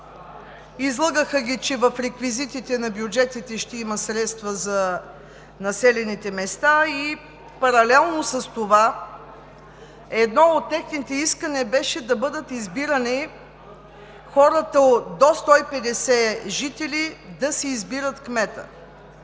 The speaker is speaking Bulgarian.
Излъгаха ги, че в реквизитите на бюджетите ще има средства за населените места и паралелно с това едно от техните искания беше хората до 150 жители да си избират кмета.